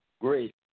great